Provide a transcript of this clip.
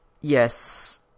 yes